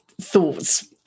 thoughts